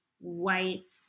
white